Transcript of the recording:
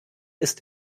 ist